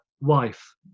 wife